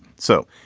so,